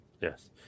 yes